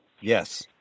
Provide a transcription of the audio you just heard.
Yes